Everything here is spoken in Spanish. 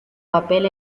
papel